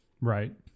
right